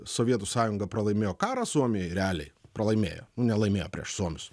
sovietų sąjunga pralaimėjo karą suomiai realiai pralaimėjo nu nelaimėjo prieš suomius